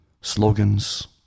Slogans